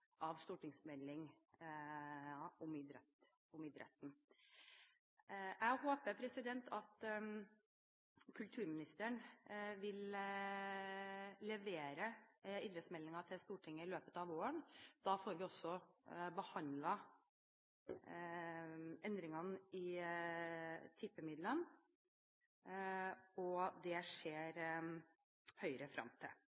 av stortingsmeldingen om idretten. Jeg håper at kulturministeren vil levere idrettsmeldingen til Stortinget i løpet av våren. Da får vi også behandlet endringene i tippenøkkelen. Det ser Høyre frem til.